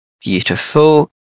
Beautiful